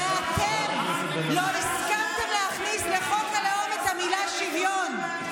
ואתם לא הסכמתם להכניס לחוק הלאום את המילה "שוויון".